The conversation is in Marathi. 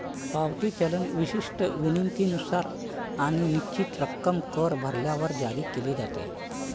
पावती चलन विशिष्ट विनंतीनुसार आणि निश्चित रक्कम कर भरल्यावर जारी केले जाते